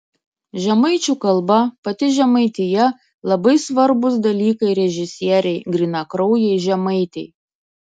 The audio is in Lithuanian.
žemaičių kalba pati žemaitija labai svarbūs dalykai režisierei grynakraujei žemaitei